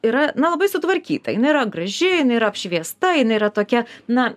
yra na labai sutvarkyta jinai yra graži yra apšviesta jinai yra tokia na